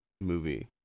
movie